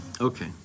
Okay